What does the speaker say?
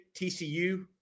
TCU